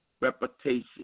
reputation